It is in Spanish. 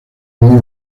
muy